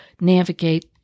navigate